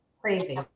crazy